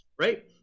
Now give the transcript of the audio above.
right